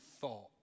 thought